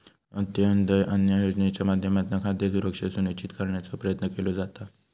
अंत्योदय अन्न योजनेच्या माध्यमातना खाद्य सुरक्षा सुनिश्चित करण्याचो प्रयत्न केलो जाता